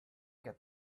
get